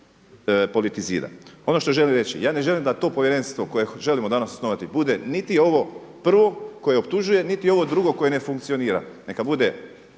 politizira. Ono što želim reći, ja ne želim da to povjerenstvo koje želimo danas osnovati bude niti ovo prvo koje optužuje niti ovo drugo koje ne funkcionira. Neka bude